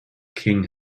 king